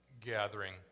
gathering